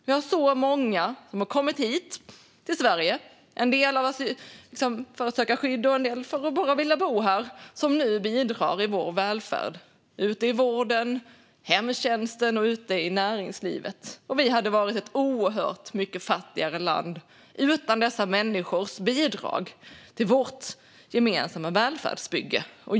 Vi har så många som har kommit hit till Sverige, en del för att söka skydd och en del för att de bara velat bo här, som nu bidrar till vår välfärd - i vården, i hemtjänsten, i näringslivet. Vi hade varit ett oerhört mycket fattigare land utan dessa människors bidrag till vårt gemensamma välfärdsbygge.